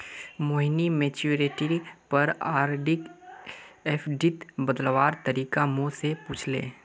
मोहिनी मैच्योरिटीर पर आरडीक एफ़डीत बदलवार तरीका मो से पूछले